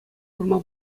курма